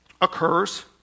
occurs